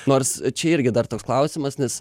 nors čia irgi dar toks klausimas nes